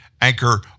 Anchor